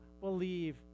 believe